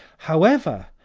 however,